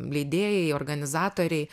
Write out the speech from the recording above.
leidėjai organizatoriai